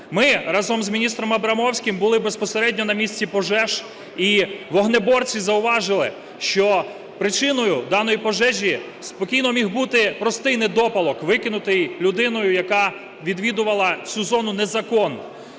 Ми разом з міністром Абрамовським були безпосередньо на місці пожеж і вогнеборці зауважили, що причиною даної пожежі спокійно міг бути простий недопалок, викинутий людиною, яка відвідувала цю зону, не закон.